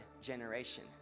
generation